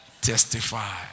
Testify